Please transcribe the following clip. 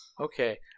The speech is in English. Okay